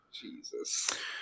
Jesus